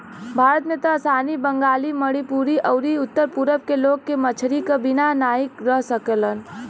भारत में त आसामी, बंगाली, मणिपुरी अउरी उत्तर पूरब के लोग के मछरी क बिना नाही रह सकेलन